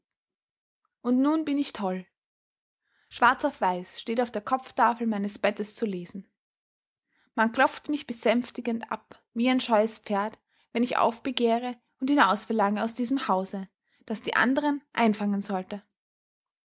und nun bin ich toll schwarz auf weiß steht es auf der kopftafel meines bettes zu lesen man klopft mich besänftigend ab wie ein scheues pferd wenn ich aufbegehre und hinausverlange aus diesem hause das die anderen einfangen sollte